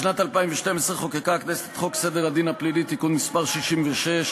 בשנת 2012 חוקקה הכנסת את חוק סדר הדין הפלילי (תיקון מס' 66),